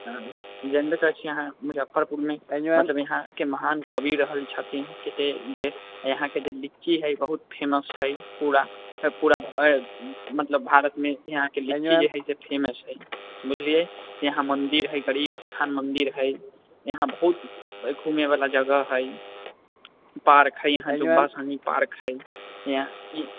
जानबे करै छिए अहाँ मुजफ्फरपुरमे मतलब यहाँके महान कवि रहल छथिन जे यहाँके जे लीची हइ बहुत फेमस हइ पूरा मतलब भारतमे यहाँके लीची जे हइ से फेमस हइ बुझलिए यहाँ मन्दिर हइ गरीब स्थान मन्दिर हइ यहाँ बहुत घूमैवला जगह हइ पार्क हइ यहाँ जुब्बा साहनी पार्क हइ यहाँ